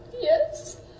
Yes